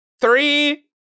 three